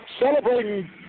celebrating